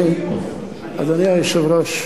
אדוני היושב-ראש,